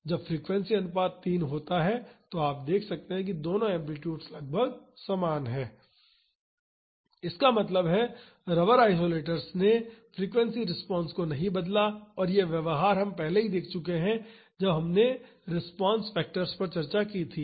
जब फ्रीक्वेंसी अनुपात 3 होता है तो आप देख सकते हैं कि दोनों एम्पलीटुडस लगभग समान हैं इसका मतलब है रबर आइसोलेटर्स ने फ्रीक्वेंसी रिस्पांस को नहीं बदला और यह व्यवहार हम पहले ही देख चुके हैं जब हमने रिस्पांस फैक्टर्स पर चर्चा की थी